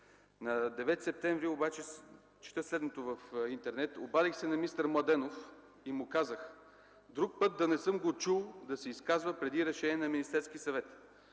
на 9 септември чета следното в интернет: „Обадих се на министър Младенов и му казах: „Друг път да не съм го чул да се изказва преди решение на Министерския съвет”.